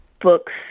books